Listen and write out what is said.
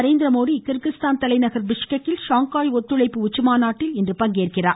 Narendra Modi Kyrgyzstan தலைநகர் Bishkek kill Shanghai ஒத்துழைப்பு உச்சிமாநாட்டில் இன்று பங்கேற்கிறார்